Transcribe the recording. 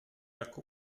jako